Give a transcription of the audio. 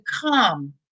come